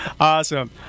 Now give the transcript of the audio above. Awesome